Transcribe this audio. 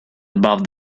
above